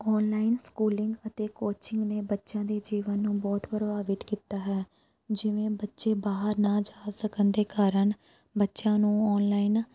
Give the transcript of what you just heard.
online schooling ਅਤੇ coaching ਨੇ ਬੱਚਿਆਂ ਦੇ ਜੀਵਨ ਨੂੰ ਬਹੁਤ ਪ੍ਰਭਾਵਿਤ ਕੀਤਾ ਹੈ ਜਿਵੇਂ ਬੱਚੇ ਬਾਹਰ ਨਾ ਜਾ ਸਕਣ ਦੇ ਕਾਰਨ ਬੱਚਿਆਂ ਨੂੰ ਔਨਲਾਈਨ